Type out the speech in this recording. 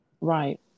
Right